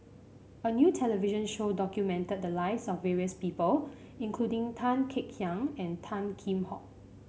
a new television show documented the lives of various people including Tan Kek Hiang and Tan Kheam Hock